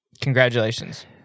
Congratulations